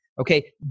Okay